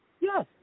Yes